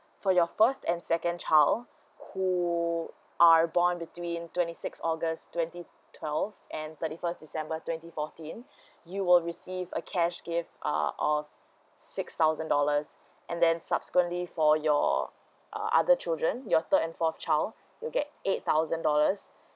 for your first and second child who are born between twenty six august twenty twelve and thirty first december twenty fourteen you will receive a cash gift uh of six thousand dollars and then subsequently for your uh other children your third and fourth child you get eight thousand dollars